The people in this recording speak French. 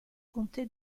comté